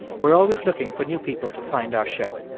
we're always looking for new people to find our show.